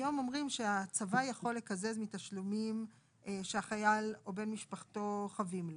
היום אומרים שהצבא יכול לקזז מתשלומים שהחייל או בן משפחתו חבים לו.